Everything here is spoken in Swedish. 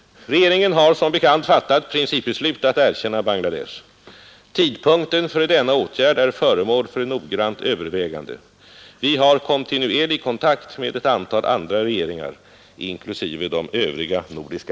Regeringen har som bekant fattat principbeslut att erkänna Bangladesh. Tidpunkten för denna åtgärd är föremål för noggrant övervägande. Vi har kontinuerlig kontakt med ett antal andra regeringar, inklusive de Övriga nordiska.